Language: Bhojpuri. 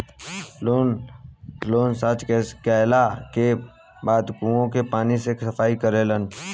लोग सॉच कैला के बाद कुओं के पानी से सफाई करेलन